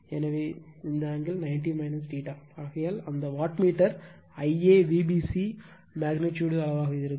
எனவே இந்த angle 90o ஆகையால் அந்த wattmeter Ia Vbc magnitude அளவாக இருக்கும்